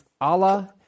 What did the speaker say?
Allah